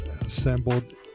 assembled